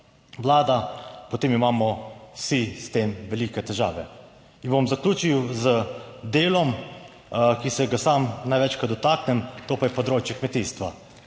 Vlada, potem imamo vsi s tem velike težave. In bom zaključil z delom, ki se ga sam največkrat dotaknem, to pa je področje kmetijstva.